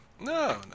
no